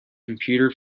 computer